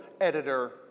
editor